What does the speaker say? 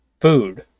food